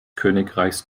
königreichs